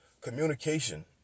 communication